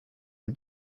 are